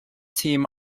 team